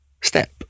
step